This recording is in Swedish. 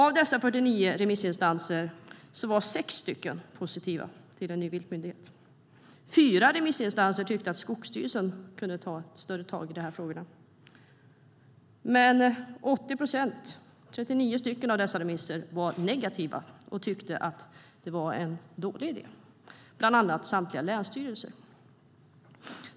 Av dessa 49 remissinstanser var sex stycken positiva till en ny viltmyndighet. Fyra remissinstanser tyckte att Skogsstyrelsen kunde ta ett större tag i frågorna. 80 procent, 39 stycken, av remissinstanserna var dock negativa och tyckte att det var en dålig idé. Det gällde bland annat samtliga länsstyrelser.